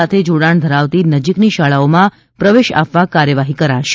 સાથે જોડાણ ધરાવતી નજીકની શાળાઓમાં પ્રવેશ આપવા કાર્યવાહી કરાશે